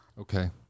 Okay